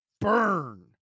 burn